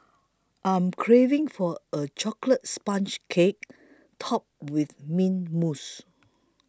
I am craving for a Chocolate Sponge Cake Topped with Mint Mousse